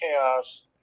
chaos